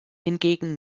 hingegen